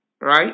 right